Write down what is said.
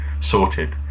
sorted